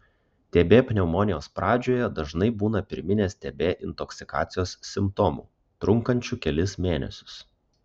tb pneumonijos pradžioje dažnai būna pirminės tb intoksikacijos simptomų trunkančių kelis mėnesius